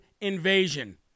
invasion